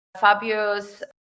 Fabio's